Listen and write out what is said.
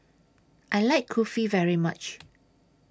I like Kulfi very much